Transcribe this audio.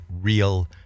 real